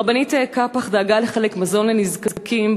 הרבנית קאפח דאגה לחלק מזון לנזקקים,